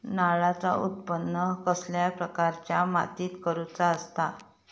नारळाचा उत्त्पन कसल्या प्रकारच्या मातीत करूचा असता?